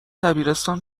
دبیرستان